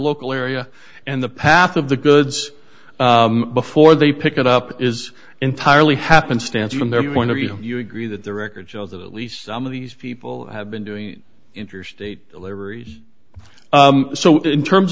local area and the path of the goods before they pick it up is entirely happenstance from their point of view you agree that the records show that at least some of these people have been doing interstate libraries so in terms